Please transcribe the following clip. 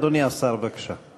אדוני השר, בבקשה.